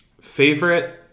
favorite